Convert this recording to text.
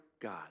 God